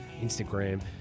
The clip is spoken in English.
Instagram